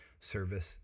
service